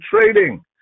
trading